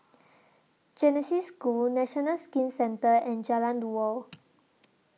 Genesis School National Skin Centre and Jalan Dua